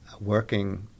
working